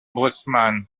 bosseman